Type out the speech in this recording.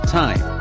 time